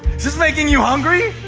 is this making you hungry?